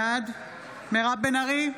בעד מירב בן ארי,